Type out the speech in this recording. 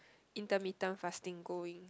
intermittent fasting going